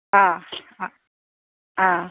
অঁ অঁ অঁ